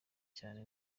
cane